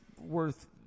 worth